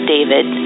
David